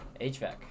HVAC